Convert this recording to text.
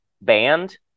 band